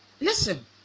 listen